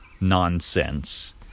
nonsense